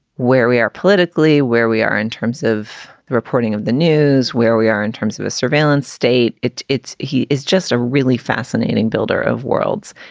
where we are politically, where we are in terms of the reporting of the news, where we are in terms of the surveillance state. it's it's he is just a really fascinating builder of worlds.